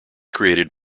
created